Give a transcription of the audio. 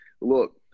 look